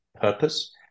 purpose